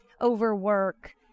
overwork